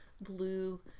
blue